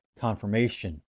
Confirmation